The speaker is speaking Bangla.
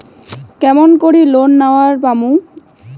কেমন করি লোন নেওয়ার পামু?